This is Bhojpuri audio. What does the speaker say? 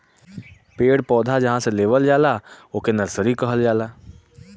पेड़ पौधा जहां से लेवल जाला ओके नर्सरी कहल जाला